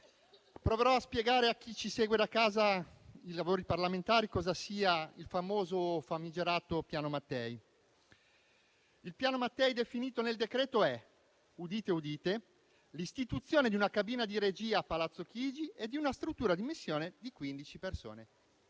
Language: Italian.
Proverò a spiegare a chi ci segue da casa i lavori parlamentari e cosa sia il famoso o famigerato Piano Mattei. Il Piano Mattei, definito nel decreto-legge è - udite, udite - l'istituzione di una cabina di regia a Palazzo Chigi e di una struttura di missione di quindici persone: